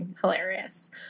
Hilarious